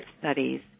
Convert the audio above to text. studies